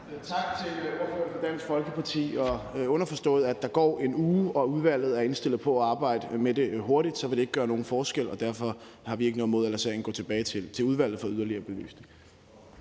Tak til ordføreren for Dansk Folkeparti. Underforstået at der går en uge og at udvalget er indstillet på at arbejde med det hurtigt, vil det ikke gøre nogen forskel, og derfor har vi ikke noget imod at lade sagen gå tilbage til udvalget for yderligere belysning.